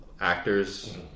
actors